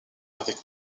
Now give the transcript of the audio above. avec